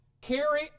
Carry